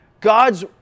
God's